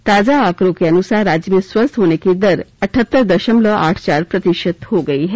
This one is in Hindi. ताजा आंकड़ों के अनुसार राज्य में स्वस्थ होने की दर अठहत्तर दशमलव आठ चार प्रतिशत हो गयी है